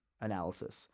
analysis